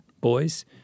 boys